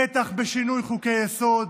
בטח בשינוי חוקי-היסוד,